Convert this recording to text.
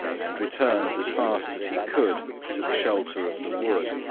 and returned as fast as he could to the shelter of the wood.